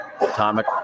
atomic